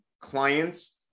clients